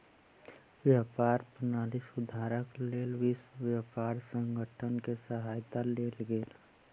व्यापार प्रणाली सुधारक लेल विश्व व्यापार संगठन के सहायता लेल गेल